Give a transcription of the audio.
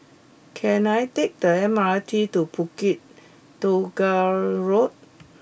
can I take the M R T to Bukit Tunggal Road